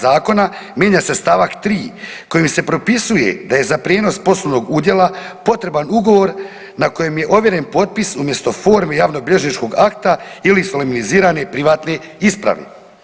Zakona mijenja se stavak 3. Kojim se propisuje da je za prijenos poslovnog udjela potreban ugovor na kojem je ovjeren potpis umjesto forme javno-bilježničkog akta ili solemnizirani privatni ispravi.